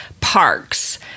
parks